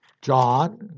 John